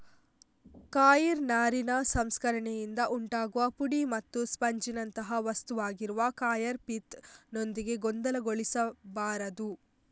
coir ನಾರಿನ ಸಂಸ್ಕರಣೆಯಿಂದ ಉಂಟಾಗುವ ಪುಡಿ ಮತ್ತು ಸ್ಪಂಜಿನಂಥ ವಸ್ತುವಾಗಿರುವ ಕಾಯರ್ ಪಿತ್ ನೊಂದಿಗೆ ಗೊಂದಲಗೊಳಿಸಬಾರದು